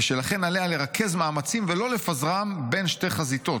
ושלכן עליה לרכז מאמצים ולא לפזרם בין שתי חזיתות,